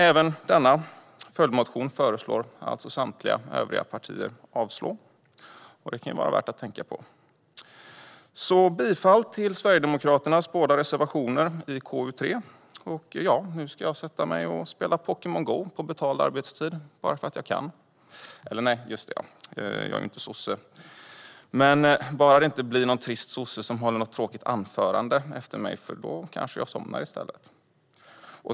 Även denna följdmotion föreslår samtliga övriga partier ska avslås. Det kan vara värt att tänka på. Jag yrkar bifall till Sverigedemokraternas båda reservationer i KU3. Nu ska jag sätta mig och spela Pokémon Go på betald arbetstid, bara för att jag kan. Eller visst nej, jag är ju inte sosse. Bara ingen trist sosse håller något tråkigt anförande efter mig, för då kanske jag somnar i stället!